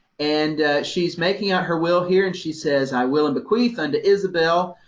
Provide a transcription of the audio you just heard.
and she's making out her will here and she says, i will and bequeath unto isabelle,